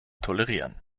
tolerieren